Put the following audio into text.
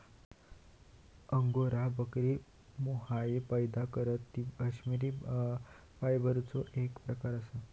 angora बकरी mohair पैदा करतत ता कश्मिरी फायबरचो एक प्रकार असा